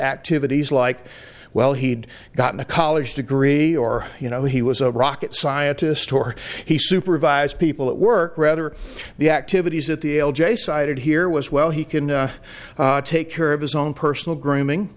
activities like well he'd gotten a college degree or you know he was a rocket scientist or he supervised people at work rather the activities that the l j cited here was well he can take care of his own personal grooming